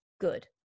good